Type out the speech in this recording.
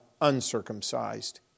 uncircumcised